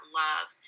love